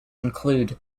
include